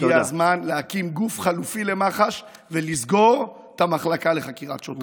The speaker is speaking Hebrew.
הגיע הזמן להקים גוף חלופי למח"ש ולסגור את המחלקה לחקירת שוטרים.